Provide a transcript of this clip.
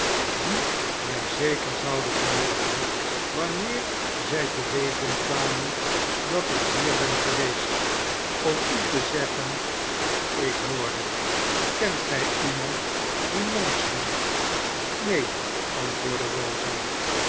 die mij zeker zouden vermoorden wanneer zij te weten kwamen dat ik hier ben geweest om u te zeggen wat ik hoorde kent gij iemand die monks heet neen antwoordde rosa